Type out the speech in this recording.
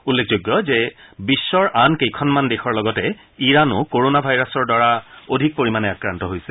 উল্লেখযোগ্য যে বিশ্বৰ আন কেইখনমান দেশৰ লগতে ইৰাণো কৰোণা ভাইৰাছৰ দ্বাৰা অধিক পৰিমাণে আক্ৰান্ত হৈছে